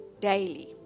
daily